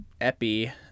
Epi